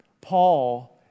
Paul